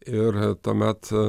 ir tuomet